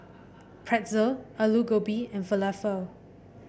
Pretzel Alu Gobi and Falafel